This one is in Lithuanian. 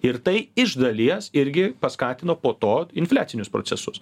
ir tai iš dalies irgi paskatino po to infliacinius procesus